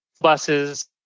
buses